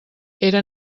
era